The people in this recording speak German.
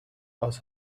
aus